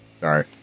Sorry